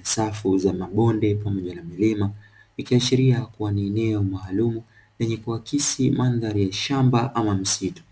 msaafu za mabonde pamoja na milima nikiashiria kuwa ni eneo maalum yenye kuakisi mandhari ya shamba ama msitu.